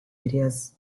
areas